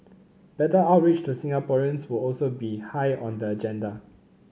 better outreach to Singaporeans would also be high on the agenda